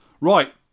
Right